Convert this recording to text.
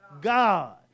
God